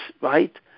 right